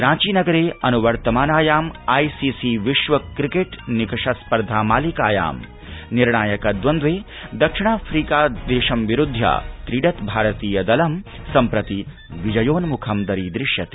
रांच्याम् अन् वर्तमानायाम् आईसीसी विश्व क्रिकेट् निकष स्पर्धा मालिकायां निर्णायक द्वन्द्वे दक्षिणाफ्रीकां विरुध्य क्रीडत् भारतीयदलं सम्प्रति विजयोन्मुखं दरीदृश्यते